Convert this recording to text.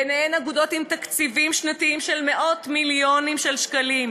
וביניהן אגודות עם תקציבים שנתיים של מאות מיליונים של שקלים,